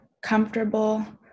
comfortable